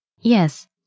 Yes